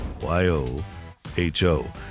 Y-O-H-O